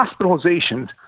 Hospitalizations